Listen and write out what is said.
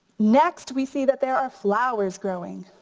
next we see that there are flowers growing.